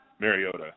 Mariota